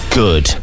good